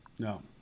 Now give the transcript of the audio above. No